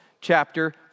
chapter